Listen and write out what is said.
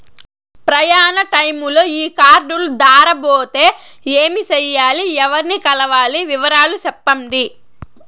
ప్రయాణ టైములో ఈ కార్డులు దారబోతే ఏమి సెయ్యాలి? ఎవర్ని కలవాలి? వివరాలు సెప్పండి?